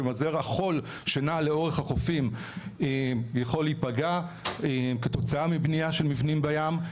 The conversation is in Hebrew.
כלומר חול שנע לאורך החופים יכול להיפגע כתוצאה מבנייה של מבנים בים.